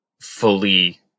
fully